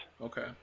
Okay